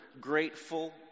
grateful